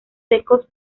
secos